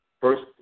First